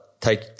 take